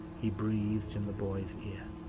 he breathed in the boy's ear.